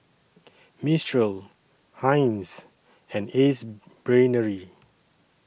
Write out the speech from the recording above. Mistral Heinz and Ace Brainery